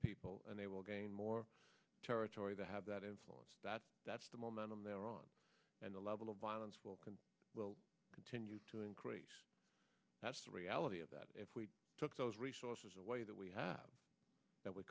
people and they will gain more territory they have that influence that's the momentum they're on and the level of violence will continue to increase that's the reality of that if we took those resources away that we have